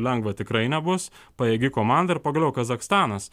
lengva tikrai nebus pajėgi komanda ir pagaliau kazachstanas